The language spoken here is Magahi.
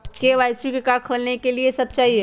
के.वाई.सी का का खोलने के लिए कि सब चाहिए?